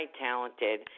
talented